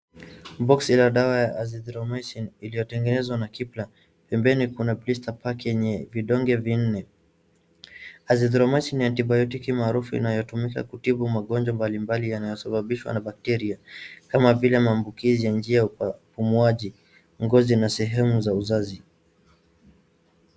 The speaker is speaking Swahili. Boksi la dawa ya Azithromycin. Iliotengenezwa na plastiki. Pembeni kuna Blister Pack yenye vidonge vinne. Azithromycin ni antibiotiki maarufu inayotumika kutibu magojwa mbalimbali yanayo sababishwa na bakteria. Kama vile maambukizi njia ya upumuaji, ngozi na sehemu ya uzazi.